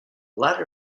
latter